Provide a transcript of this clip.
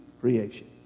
creation